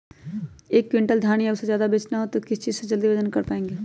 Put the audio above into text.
एक क्विंटल धान या उससे ज्यादा बेचना हो तो किस चीज से जल्दी वजन कर पायेंगे?